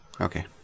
Okay